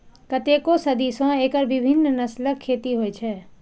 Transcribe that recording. कतेको सदी सं एकर विभिन्न नस्लक खेती होइ छै